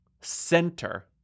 Center